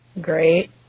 great